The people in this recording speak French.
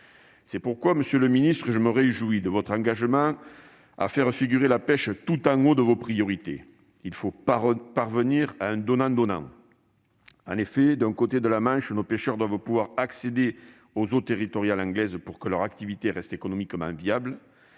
je me réjouis, monsieur le secrétaire d'État, de votre engagement de faire figurer la pêche tout en haut de vos priorités. Il faut parvenir à un accord donnant-donnant. D'un côté de la Manche, nos pêcheurs doivent pouvoir accéder aux eaux territoriales britanniques pour que leur activité reste économiquement viable